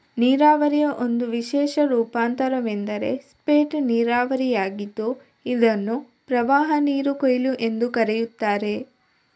ನೀರಾವರಿಯ ಒಂದು ವಿಶೇಷ ರೂಪವೆಂದರೆ ಸ್ಪೇಟ್ ನೀರಾವರಿಯಾಗಿದ್ದು ಇದನ್ನು ಪ್ರವಾಹನೀರು ಕೊಯ್ಲು ಎಂದೂ ಕರೆಯುತ್ತಾರೆ